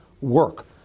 work